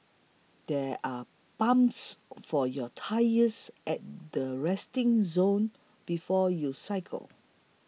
there are pumps for your tyres at the resting zone before you cycle